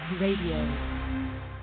radio